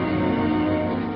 and